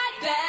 bad